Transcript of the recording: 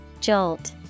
Jolt